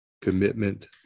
commitment